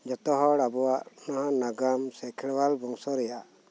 ᱡᱷᱚᱛᱚ ᱦᱚᱲ ᱟᱵᱚᱣᱟᱜ ᱚᱱᱟ ᱱᱟᱜᱟᱢ ᱥᱮ ᱠᱷᱮᱨᱣᱟᱞ ᱵᱚᱝᱥᱚ ᱨᱮᱭᱟᱜ